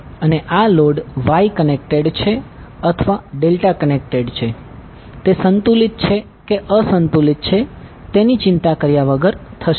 અને આ load Y connected છે અથવા ડેલ્ટા કનેક્ટેડ છે તે સંતુલિત છે કે અસંતુલિત છે તેની ચિંતા કર્યા વગર થશે